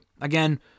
again